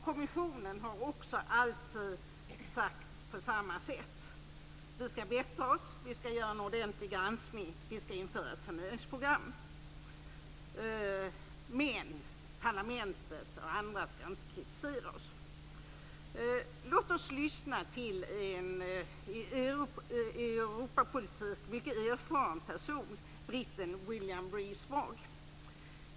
Kommissionen har också alltid sagt på samma sätt: Vi skall bättra oss, vi skall göra en ordentlig granskning och vi skall införa ett saneringsprogram. Men parlamentet och andra skall inte kritisera oss. Låt oss lyssna till en i Europapolitik mycket erfaren person, britten William Rees-Mogg.